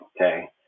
Okay